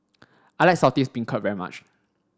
I like Saltish Beancurd very much